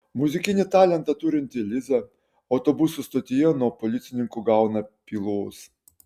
muzikinį talentą turinti liza autobusų stotyje nuo policininkų gauna pylos